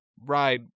Ride